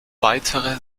weitere